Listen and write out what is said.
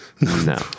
No